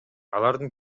алардын